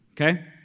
Okay